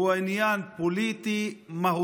היא עניין פוליטי-מהותי.